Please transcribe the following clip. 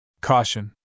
Caution